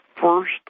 first